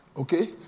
Okay